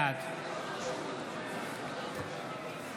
בעד